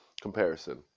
comparison